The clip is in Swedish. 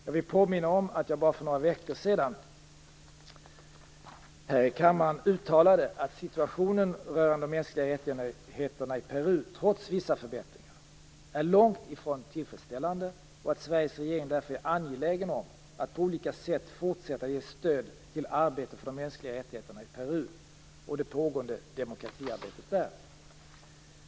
Jag vill påminna om att jag bara för några veckor sedan här i kammaren uttalade att situationen rörande de mänskliga rättigheterna i Peru, trots vissa förbättringar, är långt ifrån tillfredsställande och att Sveriges regering därför är angelägen om att på olika sätt fortsätta att ge stöd till arbetet för de mänskliga rättigheterna i Peru och det pågående demokratiarbetet där.